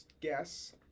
guess